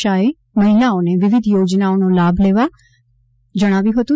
શાહે મહિલાઓને વિવિધ યોજનાઓનો લાભ લેવા જજ્ઞાવ્યું હતું